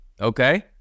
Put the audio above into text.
Okay